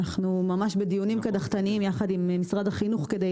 אנחנו ממש בדיונים קדחתניים יחד עם משרד החינוך כדי